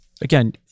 again